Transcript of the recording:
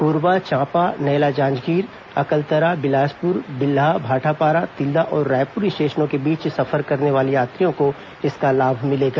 कोरबा चाम्पा नैला जांजगीर अकलतरा बिलासपुर बिल्हा भाटापारा तिल्दा और रायपुर स्टेशनों के बीच सफर करने वाले यात्रियों को इसका लाभ मिलेगा